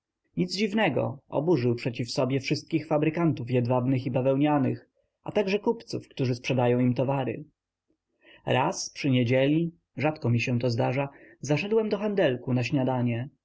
nic dziwnego oburzył przeciw sobie wszystkich fabrykantów jedwabnych i bawełnianych a także kupców którzy sprzedają ich towary raz przy niedzieli rzadko mi się to zdarza zaszedłem do handelku na śniadanie